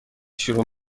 شروع